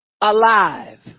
alive